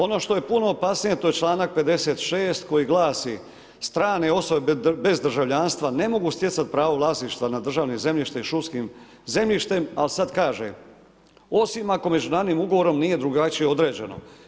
Ono što je puno opasnije to je članak 56. koji glasi: Strane osobe bez državljanstva ne mogu stjecat pravo vlasništva na državna zemljišta i šumskim zemljištem, a sad kaže: Osim ako međunarodnim ugovorom nije drugačije određeno.